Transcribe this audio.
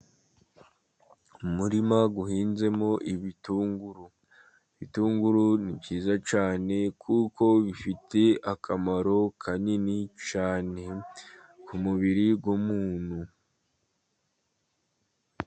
Umurima uhinzemo ibitunguru. Ibitunguru ni byiza cyane, kuko bifite akamaro kanini cyane ku mubiri w'umuntu.